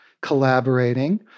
collaborating